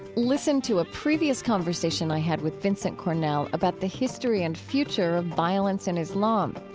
listen to a previous conversation i had with vincent cornell about the history and future of violence in islam.